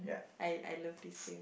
I I love this game